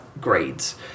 grades